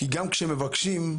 גם כשמבקשים,